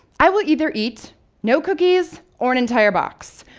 i will either eat no cookies or an entire box,